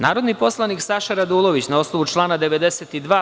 Narodni poslanik Saša Radulović, na osnovu člana 92.